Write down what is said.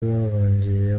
bahungiye